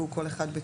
כל אחד בתחומו,